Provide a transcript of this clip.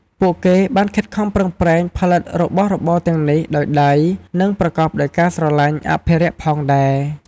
ពួកគេបានខិតខំប្រឹងប្រែងផលិតរបស់របរទាំងនេះដោយដៃ និងប្រកបដោយការស្រឡាញ់អភិរក្សផងដែរ។